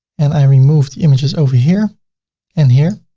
and i remove the images over here and here,